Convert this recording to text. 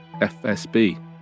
FSB